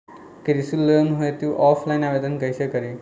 कृषि लोन हेतू ऑफलाइन आवेदन कइसे करि?